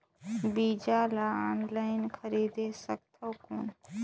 बीजा ला ऑनलाइन खरीदे सकथव कौन?